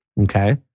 Okay